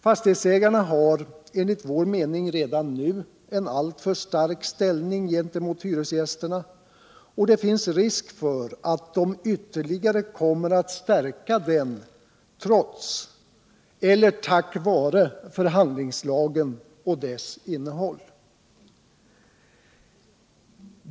Fastighetsägarna har enligt vår mening redan nu en alltför stark ställning gentemot hyresgästerna och det finns risk för att de ytterligare kommer att stärka den trots, eller tack vare, förhandlingslagen och dess innehåll.